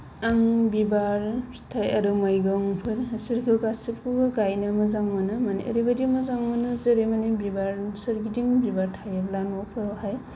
आं बिबार फिथाय आरो मैगंफोर बिसोरखौ गासैखौबो गायनो मोजां मोनो माने ओरैबायदि मोजां मोनो जेरै माने बिबार सोरगिदिं बिबार थायोब्ला न'फोरावहाय